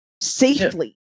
safely